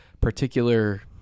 particular